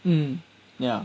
um ya